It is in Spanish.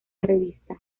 revista